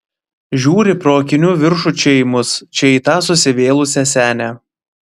žiūri pro akinių viršų čia į mus čia į tą susivėlusią senę